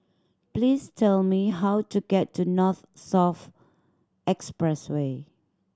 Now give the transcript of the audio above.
please tell me how to get to North South Expressway